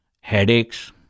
headaches